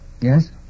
Yes